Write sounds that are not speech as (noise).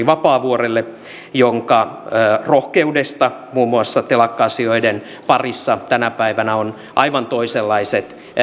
(unintelligible) vapaavuorelle jonka rohkeuden ansiosta muun muassa telakka asioiden parissa tänä päivänä on aivan toisenlaiset